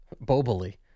Boboli